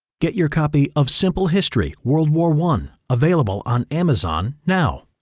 get your copy of simple history world war one available on amazon now!